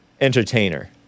Entertainer